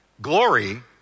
glory